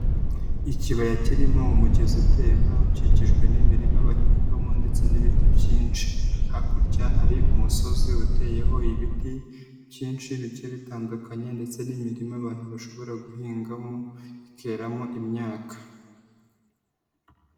Ikibaya kirimo umugezi utemba ukikijwe n'imirima bahingamo ndetse n'ibiti byinshi, hakurya hari umusozi uteyeho ibiti byinshi bigiye bitandukanye ndetse n'imirima abantu bashobora guhingamo ikeramo imyaka.